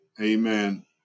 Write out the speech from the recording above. amen